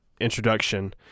introduction